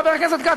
חבר הכנסת כץ,